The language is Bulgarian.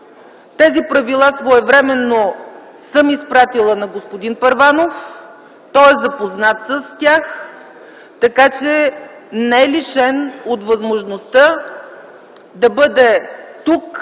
Тези правила своевременно съм изпратила на господин Първанов, той е запознат с тях, така че не е лишен от възможността да бъде тук,